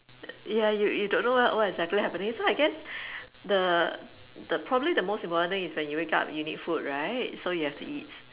ya you you don't know what what exactly happening so I guess the the probably the most important thing is when you wake up you need food right so you have to eat